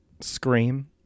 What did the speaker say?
scream